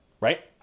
right